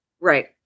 Right